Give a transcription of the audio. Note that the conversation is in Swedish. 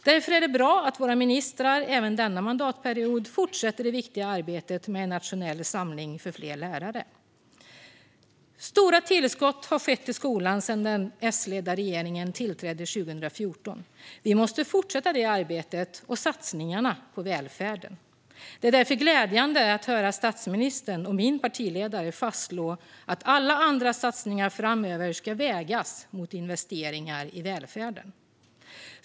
Därför är det bra att våra ministrar även denna mandatperiod fortsätter det viktiga arbetet med en nationell samling för fler lärare. Stora tillskott till skolan har skett sedan den S-ledda regeringen tillträdde 2014. Vi måste fortsätta det arbetet och satsningarna på välfärden. Det är därför glädjande att höra statsministern och min partiledare fastslå att alla andra satsningar framöver ska vägas mot investeringar i välfärden.